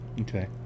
Okay